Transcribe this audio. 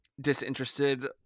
disinterested